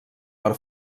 per